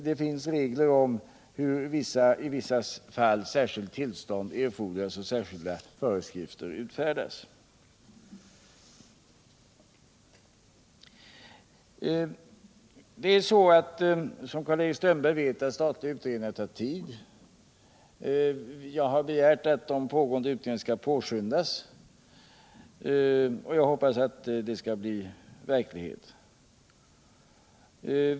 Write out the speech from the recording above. Det finns också regler om att i vissa fall särskilt tillstånd erfordras och särskilda föreskrifter skall utfärdas. Som Karl-Erik Strömberg vet tar statliga utredningar tid. Jag har begärt att de pågående utredningarna skall påskyndas, och jag hoppas att det skall ha någon effekt.